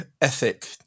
ethic